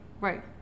Right